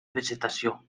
vegetació